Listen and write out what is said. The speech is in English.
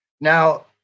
now